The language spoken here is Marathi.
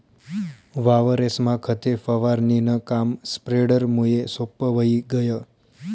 वावरेस्मा खते फवारणीनं काम स्प्रेडरमुये सोप्पं व्हयी गय